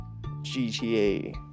GTA